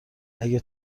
اگه